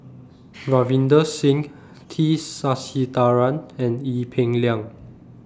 Ravinder Singh T Sasitharan and Ee Peng Liang